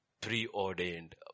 preordained